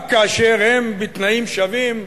רק כאשר הם בתנאים שווים,